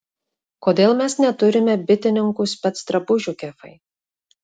kodėl mes neturime bitininkų specdrabužių kefai